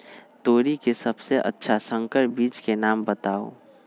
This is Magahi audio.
तोरी के सबसे अच्छा संकर बीज के नाम बताऊ?